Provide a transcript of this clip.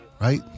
Right